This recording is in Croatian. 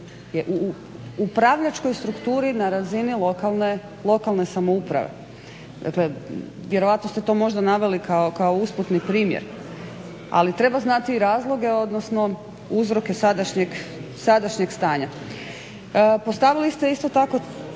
je u upravljačkoj strukturi na razini lokalne samouprave, dakle vjerojatno ste to možda naveli kao usputni primjer, ali treba znati i razloge, odnosno uzroke sadašnjeg stanja. Postavili ste isto tako